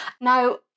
now